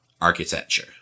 architecture